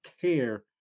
care